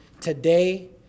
today